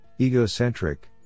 egocentric